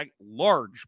large